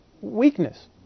Weakness